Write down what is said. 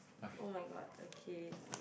oh-my-god okay